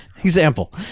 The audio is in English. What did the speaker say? example